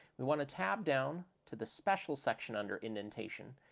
we want to tab down to the special section under indentation,